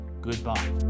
Goodbye